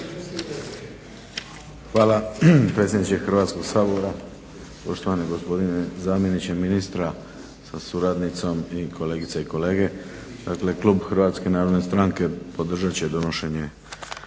Hvala predsjedniče Hrvatskog sabora, poštovani gospodine zamjeniče ministra sa suradnicom i kolegice i kolege. Dakle, klub HNS-a podržat će donošenje